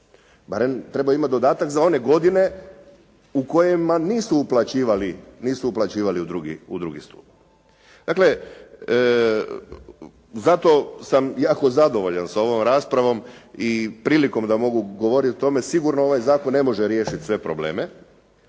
barem treba imati dodatak za one godine u kojima nisu uplaćivali u II. stup. Dakle zato sam jako zadovoljan sa ovom raspravom i prilikom da mogu govoriti o tome, sigurno da ovaj zakon ne može riješiti sve probleme,